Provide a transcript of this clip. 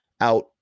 out